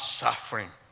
suffering